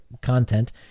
content